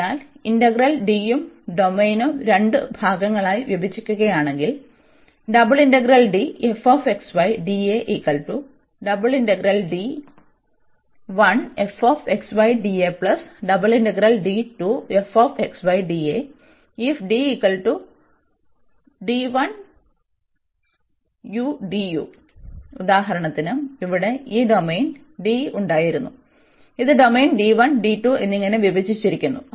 അതിനാൽ ഇന്റഗ്രൽ Dയും ഡൊമെയ്നും രണ്ട് ഭാഗങ്ങളായി വിഭജിക്കുകയാണെങ്കിൽ ഉദാഹരണത്തിന് ഇവിടെ ഒരു ഡൊമെയ്ൻ D ഉണ്ടായിരുന്നു ഇത് ഡൊമെയ്ൻ എന്നിങ്ങനെ വിഭജിച്ചിരിക്കുന്നു